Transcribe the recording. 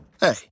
hey